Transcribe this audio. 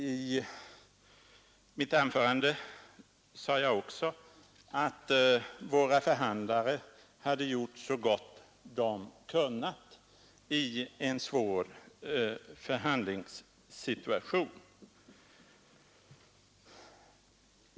I mitt anförande konstaterade jag också att våra förhandlare hade gjort så gott de kunnat i en svår förhandlingssituation.